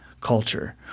culture